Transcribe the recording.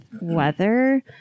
weather